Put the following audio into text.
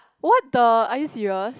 what the are you serious